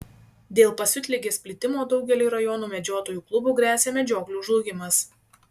dėl pasiutligės plitimo daugeliui rajono medžiotojų klubų gresia medžioklių žlugimas